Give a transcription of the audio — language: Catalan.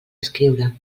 escriure